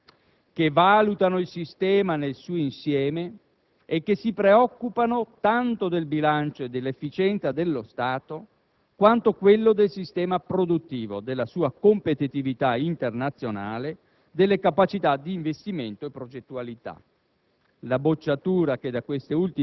e le agenzie di *rating*, che valutano il sistema nel suo insieme e che si preoccupano tanto del bilancio e dell'efficienza dello Stato quanto quello del sistema produttivo, della sua competitività internazionale, delle capacità d'investimento e progettualità.